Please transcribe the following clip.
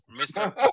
Mr